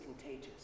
contagious